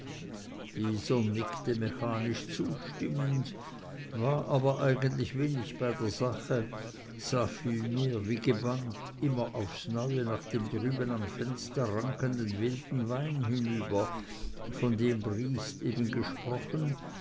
dieser nickte mechanisch zustimmend war aber eigentlich wenig bei der sache sah vielmehr wie gebannt immer aufs neue nach dem drüben am fenster rankenden wilden wein hinüber von dem briest eben gesprochen